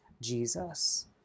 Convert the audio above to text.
Jesus